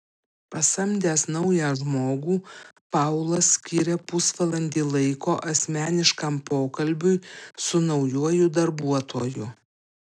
pasamdęs naują žmogų paulas skiria pusvalandį laiko asmeniškam pokalbiui su naujuoju darbuotoju